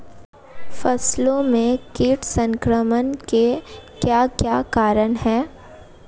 फसलों में कीट संक्रमण के क्या क्या कारण है?